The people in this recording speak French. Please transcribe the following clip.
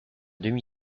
demi